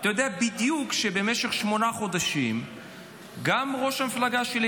אתה יודע בדיוק שבמשך שמונה חודשים גם ראש המפלגה שלי,